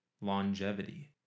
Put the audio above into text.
longevity